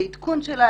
לעדכון שלה,